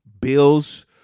Bills